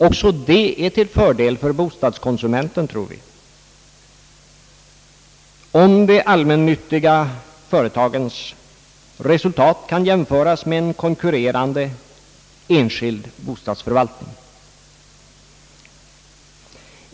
Också det tror vi är till fördel för bostadskonsumenten, om de allmännyttiga företagens resultat kan jämföras med en konkurrerande, enskild bostadsförvaltning.